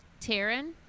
Taryn